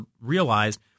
realized